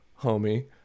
homie